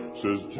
says